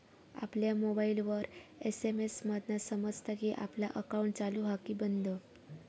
आपल्या मोबाईलवर एस.एम.एस मधना समजता कि आपला अकाउंट चालू हा कि बंद